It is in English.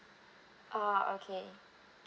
ah okay